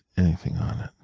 anything on it.